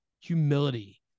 humility